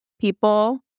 people